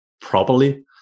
properly